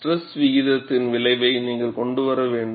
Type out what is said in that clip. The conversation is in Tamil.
ஸ்ட்ரெஸ் விகிதத்தின் விளைவை நீங்கள் கொண்டு வர வேண்டும்